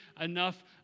enough